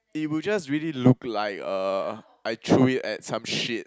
it would just really look like eh I threw it at some shit